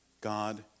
God